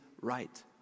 right